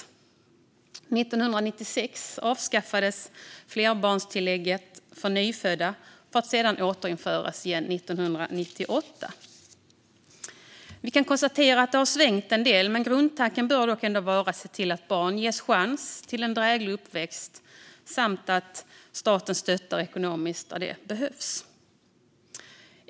År 1996 avskaffades flerbarnstillägget för nyfödda för att sedan återinföras igen 1998. Vi kan konstatera att det har svängt en del, men grundtanken bör dock vara att se till att barn ges en chans till en dräglig uppväxt samt att staten stöttar ekonomiskt där det behövs.